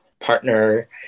partner